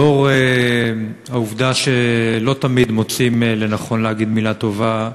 ולנוכח העובדה שלא תמיד מוצאים לנכון להגיד מילה טובה,